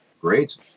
great